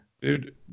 Dude